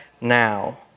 now